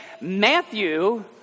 Matthew